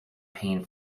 pain